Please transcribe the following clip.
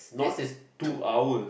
not two hours